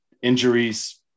Injuries